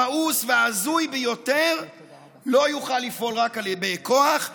המאוס וההזוי ביותר לא יוכל לפעול רק על ידי כוח,